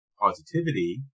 positivity